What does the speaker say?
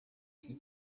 iki